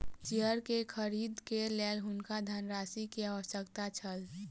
share के खरीद के लेल हुनका धनराशि के आवश्यकता छल